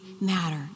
matter